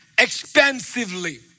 expensively